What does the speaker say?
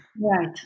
Right